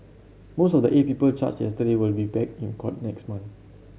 most of the eight people charged yesterday will be back in court next month